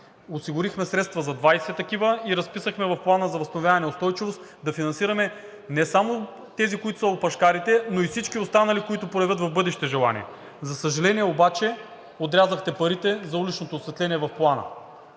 Осигурихме средства за 20 такива и разписахме в Плана за възстановяване и устойчивост да финансираме не само тези, които са опашкарите, но и всички останали, които проявят в бъдеще желание. За съжаление обаче, отрязахте парите за уличното осветление в Плана.